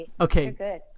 Okay